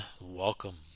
welcome